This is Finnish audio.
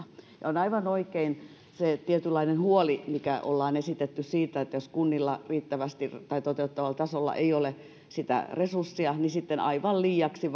ja on aivan oikein se tietynlainen huoli mikä ollaan esitetty siitä että jos kunnilla tai toteuttavalla tasolla ei ole riittävästi sitä resurssia niin silloin aivan liiaksi